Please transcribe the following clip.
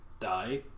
die